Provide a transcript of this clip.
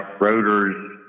rotors